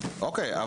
אוקיי.